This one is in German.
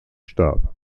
starb